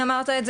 מגיע לקטין